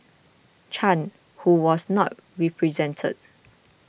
Chan who was not represented